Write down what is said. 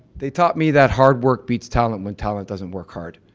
they taught me that hard work beats talent when talent doesn't work hard.